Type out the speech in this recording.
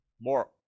more